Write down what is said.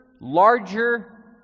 larger